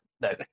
no